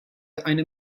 eine